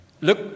Look